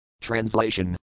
Translation